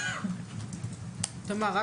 תמר,